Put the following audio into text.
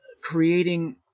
creating